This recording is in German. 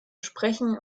sprechen